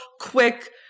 quick